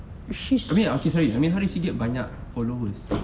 I mean okay I'm sorry I mean how she get banyak followers